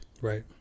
Right